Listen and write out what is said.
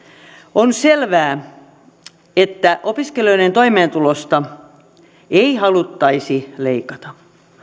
on selvää että opiskelijoiden toimeentulosta ei haluttaisi leikata